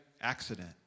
accident